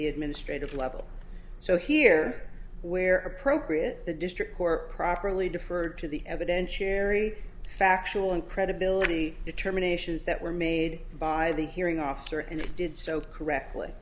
the administrative level so here where appropriate the district court properly deferred to the evidentiary factual incredibility determinations that were made by the hearing officer and did so correctly